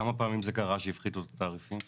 כמה פעמים זה קרה שהפחיתו את התעריפים?